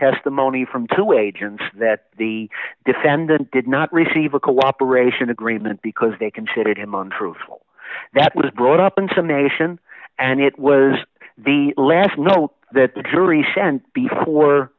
testimony from two agents that the defendant did not receive a cooperation agreement because they considered him on truthful that was brought up in some nation and it was the last note that the jury sent before